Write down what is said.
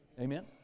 Amen